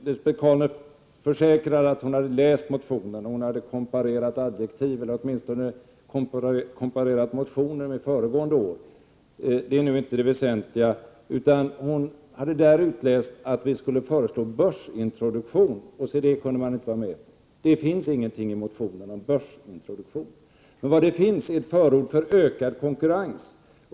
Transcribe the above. Lisbet Calner försäkrade att hon hade läst motionen: Hon hade komparerat adjektiv eller åtminstone komparerat årets motion med föregående års. Det är nu inte det väsentliga. Hon hade av motionen utläst att vi föreslog börsintroduktion, och se det kunde socialdemokraterna inte gå med på! Det finns ingenting i motionen om börsintroduktion. Vad det finns är ett förord för ökad konkurrens.